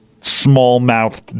small-mouthed